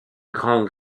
grande